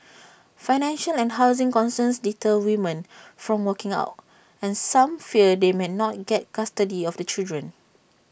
financial and housing concerns deter women from walking out and some fear they may not get custody of the children